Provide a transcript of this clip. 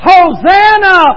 Hosanna